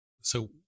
So-